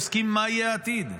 אלא עוסקים במה שיהיה העתיד,